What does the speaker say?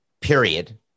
period